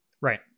right